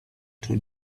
two